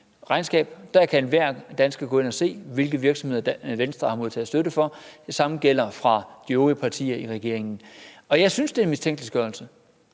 Der kan enhver dansker gå ind og se, hvilke virksomheder Venstre har modtaget støtte fra. Det samme gælder de øvrige partier i regeringen. Jeg synes, det er en mistænkeliggørelse.